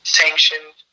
sanctioned